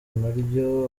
naryo